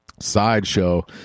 sideshow